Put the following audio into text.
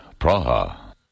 Praha